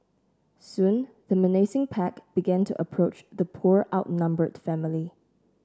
soon the menacing pack began to approach the poor outnumbered family